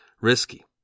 risky